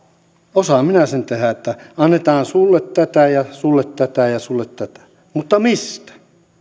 osaan minä sen tehdä että annetaan sulle tätä ja sulle tätä ja sulle tätä mutta mistä